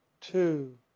two